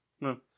no